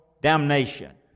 damnation